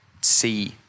see